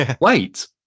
Wait